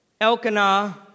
Elkanah